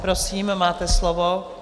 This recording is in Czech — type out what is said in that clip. Prosím, máte slovo.